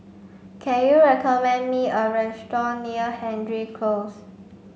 can you recommend me a restaurant near Hendry Close